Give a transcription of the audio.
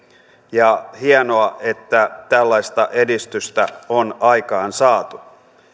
ja hienoa että tällaista edistystä on aikaansaatu